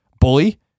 Bully